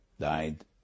died